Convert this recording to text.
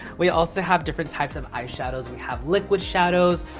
we also have different types of eyeshadows. we have liquid shadows,